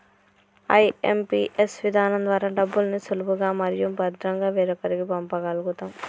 IMPS విధానం ద్వారా డబ్బుల్ని సులభంగా మరియు భద్రంగా వేరొకరికి పంప గల్గుతం